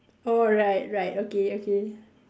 oh right right okay okay